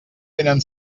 tenen